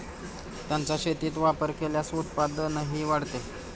त्यांचा शेतीत वापर केल्यास उत्पादनही वाढते